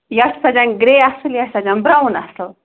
یا سَجان گرٛے اَصٕل یا سَجان برٛاوُن اَصٕل